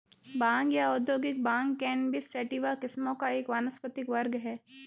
भांग या औद्योगिक भांग कैनबिस सैटिवा किस्मों का एक वानस्पतिक वर्ग है